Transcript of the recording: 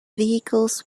vehicles